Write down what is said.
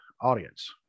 audience